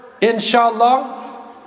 inshallah